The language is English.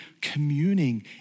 communing